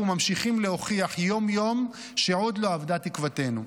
וממשיכות להוכיח יום-יום שעוד לא אבדה תקוותנו.